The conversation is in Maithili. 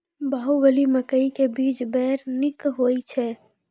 बाहुबली मकई के बीज बैर निक होई छै